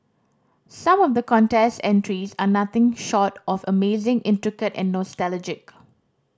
some of the contest entries are nothing short of amazing intricate and nostalgic